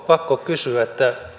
pakko kysyä